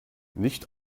nicht